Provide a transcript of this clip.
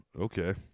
Okay